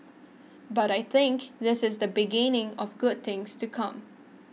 but I think this is the beginning of good things to come